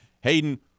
Hayden